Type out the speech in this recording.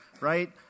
right